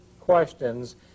questions